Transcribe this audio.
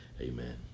Amen